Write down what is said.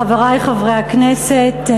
חברי חברי הכנסת,